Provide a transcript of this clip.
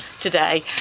today